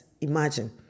Imagine